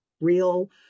real